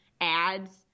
ads